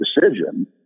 decision